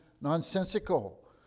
nonsensical